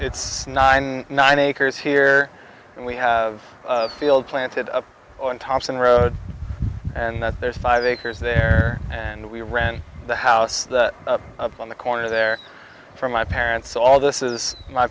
it's nine nine acres here and we have a field planted up on thompson road and that there's five acres there and we ran the house that up on the corner there from my parents all this is my